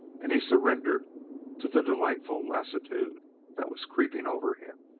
and he surrendered to the delightful lassitude that was creeping over him.